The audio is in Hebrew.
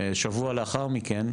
שבוע לאחר מכן,